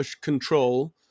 control